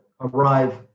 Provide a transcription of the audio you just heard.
arrive